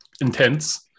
intense